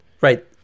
Right